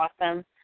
awesome